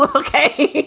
but ok.